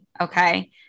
okay